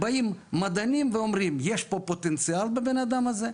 באים מדענים ואומרים יש פוטנציאל בבן אדם הזה,